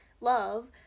love